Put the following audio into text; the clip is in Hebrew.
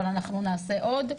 אבל אנחנו נעשה עוד.